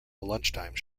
lunchtime